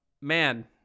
Man